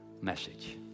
message